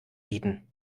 bieten